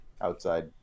outside